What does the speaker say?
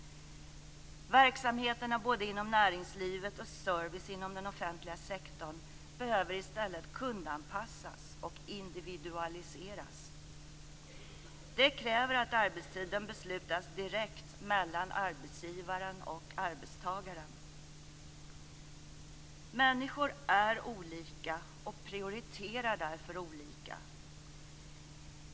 Verksamheterna både inom näringslivet och service inom den offentliga sektorn behöver i stället kundanpassas och individualiseras. Det kräver att arbetstiden beslutas direkt mellan arbetsgivaren och arbetstagaren. Människor är olika och prioriterar därför olika.